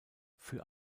für